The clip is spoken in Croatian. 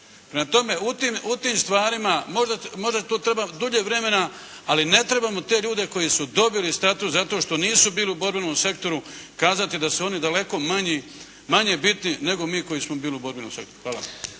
Prema tome, u tim stvarima, možda to treba dulje vremena, ali ne trebamo te ljude koji su dobili status zato što nisu u borbenom sektoru kazati da su oni daleko manje bitni nego mi koji smo bili u borbenom sektoru. Hvala.